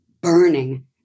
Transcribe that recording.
burning